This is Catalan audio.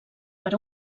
per